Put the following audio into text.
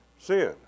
Sin